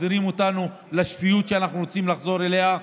מחזירים אותנו לשפיות שאנחנו רוצים לחזור אליה,